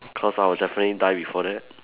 cause I will definitely die before that